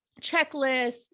checklists